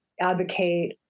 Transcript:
advocate